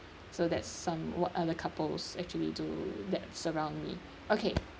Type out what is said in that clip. so that some what other couples actually do that's around me okay